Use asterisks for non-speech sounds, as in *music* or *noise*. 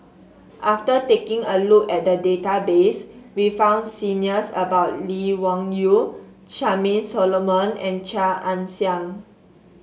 after taking a look at the database we found *unintelligible* about Lee Wung Yew Charmaine Solomon and Chia Ann Siang